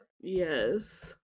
Yes